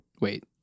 Wait